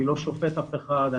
אני לא שופט אף אחד,